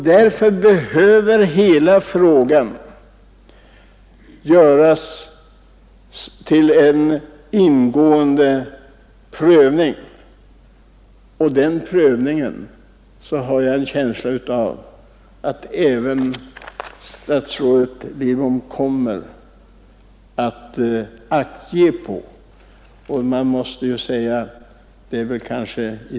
Därför behöver hela denna fråga ges en ingående prövning, och jag har en känsla av att även statsrådet Lidbom bör beakta den prövningen.